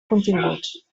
continguts